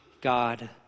god